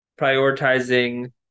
prioritizing